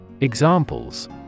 Examples